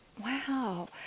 Wow